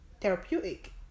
therapeutic